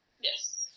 Yes